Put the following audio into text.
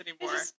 anymore